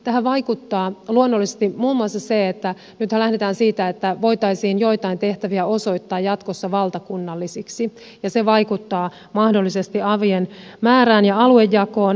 tähän vaikuttaa luonnollisesti muun muassa se että nythän lähdetään siitä että voitaisiin joitain tehtäviä osoittaa jatkossa valtakunnallisiksi ja se vaikuttaa mahdollisesti avien määrään ja aluejakoon